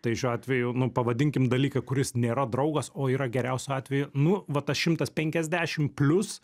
tai šiuo atveju nu pavadinkim dalyką kuris nėra draugas o yra geriausiu atveju nu va tas šimtas penkiasdešim plius